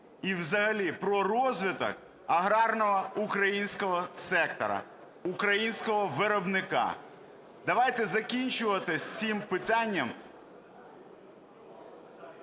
і взагалі про розвиток аграрного українського сектору, українського виробника. Давайте закінчувати з цим питанням…